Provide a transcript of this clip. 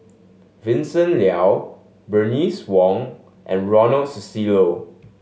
Vincent Leow Bernice Wong and Ronald Susilo